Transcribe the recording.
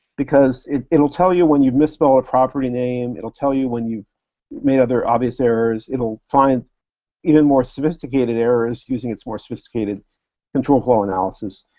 because it'll tell you when you misspell a property name. it'll tell you when you've made other obvious errors. it'll find even more sophisticated errors using its more sophisticated control flow analysis,